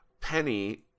Penny